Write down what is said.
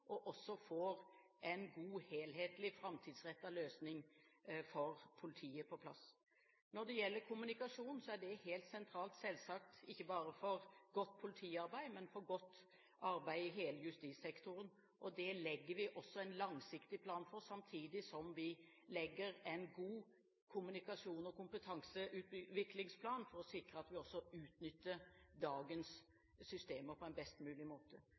og også får en god helhetlig, framtidsrettet løsning for politiet på plass. Når det gjelder kommunikasjon, er det helt sentralt selvsagt ikke bare for godt politiarbeid, men for godt arbeid i hele justissektoren, og det legger vi også en langsiktig plan for, samtidig som vi legger en god kommunikasjons- og kompetanseutviklingsplan for å sikre at vi også utnytter dagens systemer på en best mulig måte.